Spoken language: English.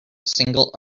single